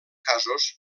casos